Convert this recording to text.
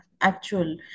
actual